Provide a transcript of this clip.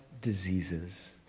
diseases